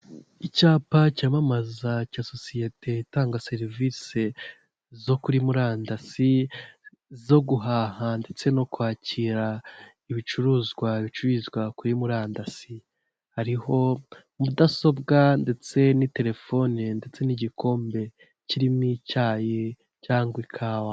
Icyapa cyamamaza cya sosiyete itanga serivisi zo kuri murandasi, zo guhaha ndetse no kwakira ibicuruzwa bicururizwa kuri murandasi, hariho mudasobwa ndetse n'itelefone ndetse n'igikombe kirimo icyayi cyangwa ikawa.